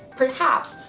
perhaps,